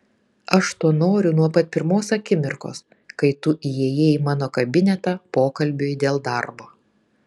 aš to noriu nuo pat pirmos akimirkos kai tu įėjai į mano kabinetą pokalbiui dėl darbo